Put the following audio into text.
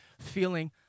feeling